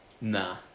Nah